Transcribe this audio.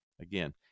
again